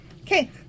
Okay